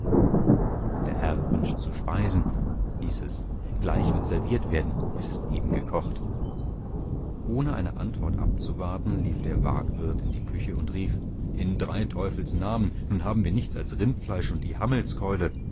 der herr wünscht zu speisen hieß es gleich wird serviert werden es ist eben gekocht ohne eine antwort abzuwarten lief der waagwirt in die küche und rief in's drei teufels namen nun haben wir nichts als rindfleisch und die